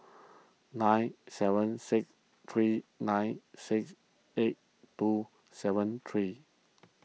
nine seven six three nine six eight two seven three